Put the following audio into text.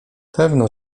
pewno